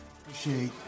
appreciate